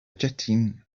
jetting